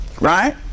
Right